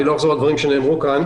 אני לא אחזור על דברים שנאמרו כאן.